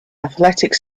athletic